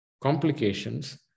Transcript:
complications